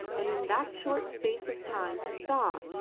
and in that short space of time he saw,